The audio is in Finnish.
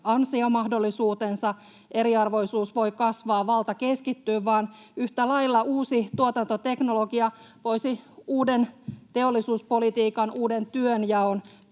ansiomahdollisuutensa, eriarvoisuus voi kasvaa, valta keskittyy, vaan yhtä lailla uusi tuotantoteknologia voisi uuden teollisuuspolitiikan, uuden työnjaon,